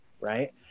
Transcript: right